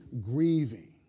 grieving